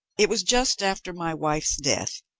it was just after my wife's death,